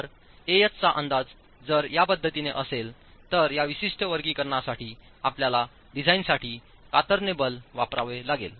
तरAhचा अंदाजजरया पद्धतीने असेल तर या विशिष्ट वर्गीकरणासाठी आपल्याला डिझाइनसाठी कातरणे बल वापरावे लागेल